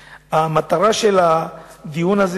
אלא רשויות שיכולות לקחת את זה.